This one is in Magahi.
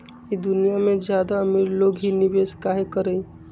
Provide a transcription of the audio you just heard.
ई दुनिया में ज्यादा अमीर लोग ही निवेस काहे करई?